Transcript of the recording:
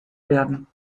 werden